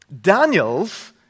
Daniel's